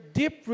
deep